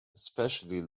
especially